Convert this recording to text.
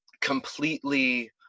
completely